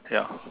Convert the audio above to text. ya